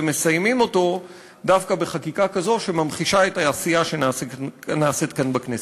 ומסיימים אותו דווקא בחקיקה כזו שממחישה את העשייה שנעשית כאן בכנסת.